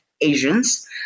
asians